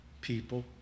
people